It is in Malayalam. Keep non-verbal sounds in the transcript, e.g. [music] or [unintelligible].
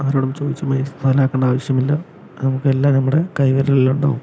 ആരോടും ചോദിച്ച് [unintelligible] പാഴാക്കേണ്ട ആവശ്യമില്ല നമുക്കെല്ലാം നമ്മുടെ കൈവിരലിലുണ്ടാവും